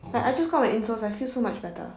like I I just got my insoles I feel so much better